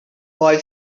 boy